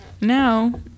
Now